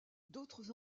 d’autres